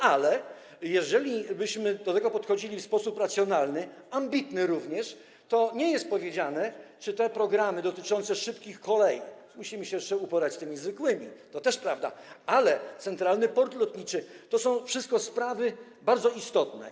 Ale jeżelibyśmy do tego podchodzili w sposób racjonalny, ambitny również, to nie jest powiedziane, że te programy dotyczące szybkich kolei - musimy się jeszcze uporać z tymi zwykłymi, to też prawda - czy centralny port lotniczy to nie są wszystko sprawy bardzo istotne.